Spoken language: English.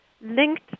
linked